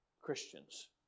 Christians